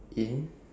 in